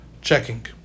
checking